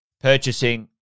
purchasing